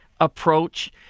approach